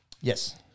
Yes